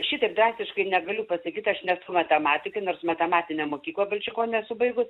šitaip drastiškai negaliu pasakyt aš nesu matematikė nors matematinę mokyklą balčikonio esu baigus